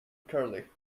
curly